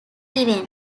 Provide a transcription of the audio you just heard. event